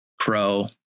Crow